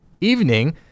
evening